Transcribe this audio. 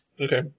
Okay